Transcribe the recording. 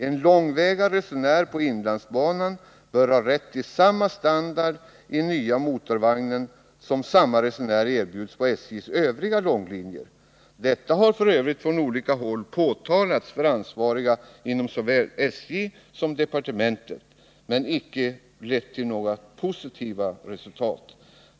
En långväga resenär på inlandsbanan bör ha rätt till samma standard i den nya motorvagnen som samma resenär erbjuds på SJ:s övriga långlinjer. Detta har f. ö. från olika håll påpekats för ansvariga inom såväl SJ som departementet, men det har icke lett till några positiva resultat.